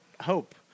Hope